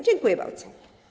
Dziękuję bardzo.